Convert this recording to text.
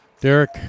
Derek